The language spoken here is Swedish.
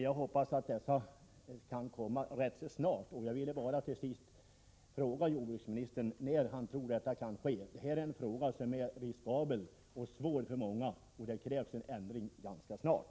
Jag hoppas att dessa ändringar kan komma rätt snart, och jag vill bara till sist fråga jordbruksministern när han tror att detta kan ske. Det gäller ett problem som är riskabelt och svårt för många, och det krävs alltså en ändring ganska snart.